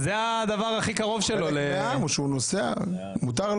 אין לי שום בעיה שתיסע לקפריסין ויוון,